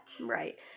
Right